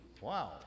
Wow